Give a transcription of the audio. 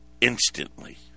instantly